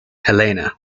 helena